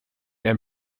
and